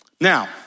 Now